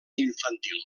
infantil